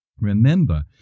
Remember